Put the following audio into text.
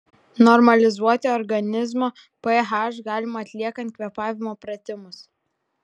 normalizuoti organizmo ph galima atliekant kvėpavimo pratimus